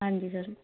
ਹਾਂਜੀ ਸਰ